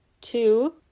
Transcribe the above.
Two